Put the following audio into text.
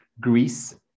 Greece